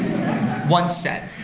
once said,